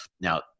Now